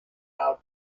how